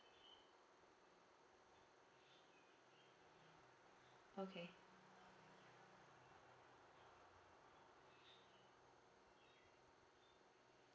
okay